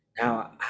Now